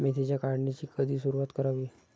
मेथीच्या काढणीची कधी सुरूवात करावी?